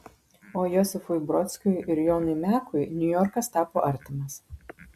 o josifui brodskiui ir jonui mekui niujorkas tapo artimas